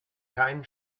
keinen